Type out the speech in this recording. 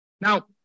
Now